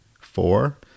Four